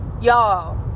y'all